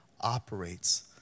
operates